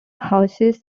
houses